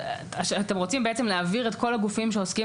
אתם רוצים בעצם להעביר את כל הגופים שעוסקים